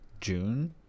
June